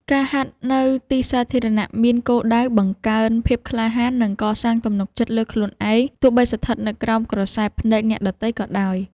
ការហាត់នៅទីសាធារណៈមានគោលដៅបង្កើនភាពក្លាហាន និងកសាងទំនុកចិត្តលើខ្លួនឯង ទោះបីស្ថិតនៅក្រោមក្រសែភ្នែកអ្នកដទៃក៏ដោយ។